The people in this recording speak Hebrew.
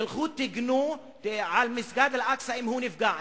תלכו תגנו על מסגד אל-אקצא אם הוא נפגע,